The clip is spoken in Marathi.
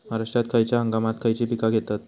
महाराष्ट्रात खयच्या हंगामांत खयची पीका घेतत?